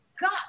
God